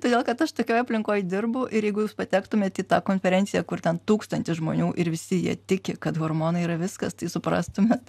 todėl kad aš tokioj aplinkoj dirbu ir jeigu jūs patektumėt į tą konferenciją kur ten tūkstantis žmonių ir visi jie tiki kad hormonai yra viskas tai suprastumėt